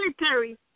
military